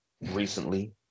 recently